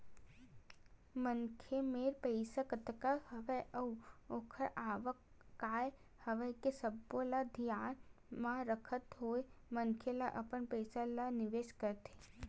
मनखे मेर पइसा कतका हवय अउ ओखर आवक काय हवय ये सब्बो ल धियान म रखत होय मनखे ह अपन पइसा ल निवेस करथे